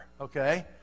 okay